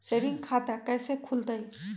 Saving खाता कैसे खुलतई?